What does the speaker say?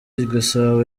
igisabo